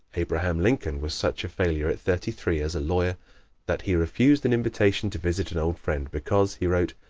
abraham lincoln was such a failure at thirty-three as a lawyer that he refused an invitation to visit an old friend because, he wrote,